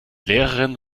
lehrerin